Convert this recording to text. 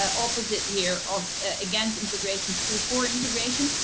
opposite here of against integration, school for integration.